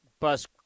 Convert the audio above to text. Bus